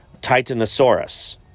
Titanosaurus